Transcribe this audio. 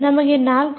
ನಮಗೆ 4